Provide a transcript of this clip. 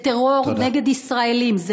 זה טרור נגד ישראלים,